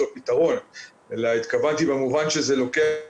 פתרון אלא התכוונתי במובן שזה לוקח זמן.